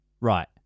Right